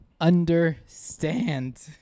Understand